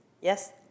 yes